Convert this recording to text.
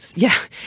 yeah.